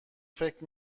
فکر